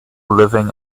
living